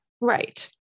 Right